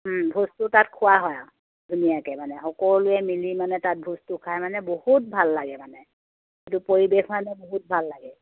ভোজটো তাত খোৱা হয় আৰু ধুনীয়াকে মানে সকলোৱে মিলি মানে তাত ভোজটো খাই মানে বহুত ভাল লাগে মানে কিন্তু পৰিৱেশ মানে বহুত ভাল লাগে